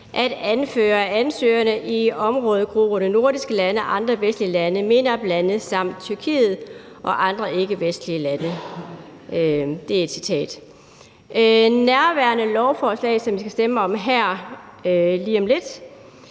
at anføre ansøgerne i områdegrupperne nordiske lande, andre vestlige lande, MENAP-lande samt Tyrkiet og andre ikke-vestlige lande.« Nærværende lovforslag, som vi her skal stemme om lige om lidt,